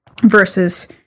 Versus